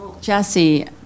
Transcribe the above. Jesse